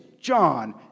John